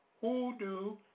hoodoo